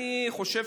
אני חושב